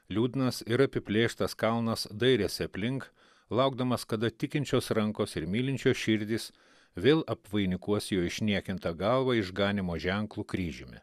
liūdnas ir apiplėštas kalnas dairėsi aplink laukdamas kada tikinčios rankos ir mylinčios širdys vėl apvainikuos jo išniekintą galvą išganymo ženklu kryžiumi